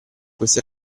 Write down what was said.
questi